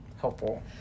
helpful